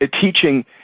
teaching